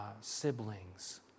siblings